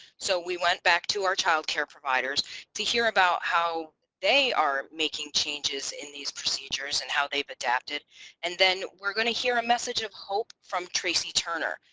so we went back to our child care providers to hear about how they are making changes in these procedures and how they've adapted and then we're going to hear a message of hope from tracy turner,